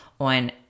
on